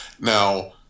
Now